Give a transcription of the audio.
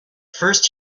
first